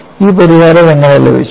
ഈ പരിഹാരം എങ്ങനെ ലഭിച്ചു